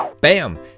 Bam